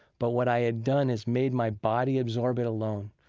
but what i had done is made my body absorb it alone.